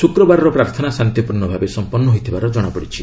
ଶୁକ୍ରବାରର ପ୍ରାର୍ଥନା ଶାନ୍ତିପୂର୍ଣ୍ଣ ଭାବେ ସମ୍ପନ୍ନ ହୋଇଥିବାର ଜଣାଯାଇଛି